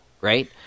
right